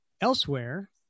Elsewhere